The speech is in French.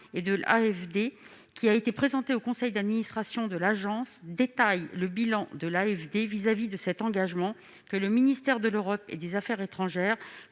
» de l'AFD, qui a été présenté à son conseil d'administration, détaille le bilan de l'Agence à l'égard de cet engagement que le ministère de l'Europe et des affaires étrangères